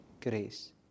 grace